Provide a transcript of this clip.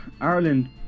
ireland